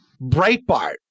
Breitbart